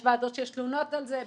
יש ועדות שיש תלונות על זה.